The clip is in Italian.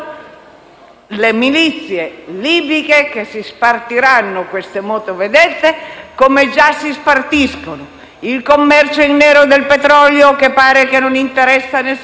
le milizie libiche, che si spartiranno queste motovedette, come già si spartiscono il commercio in nero del petrolio (che pare non interessi a nessuno)